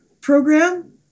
program